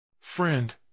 Friend